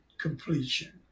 completion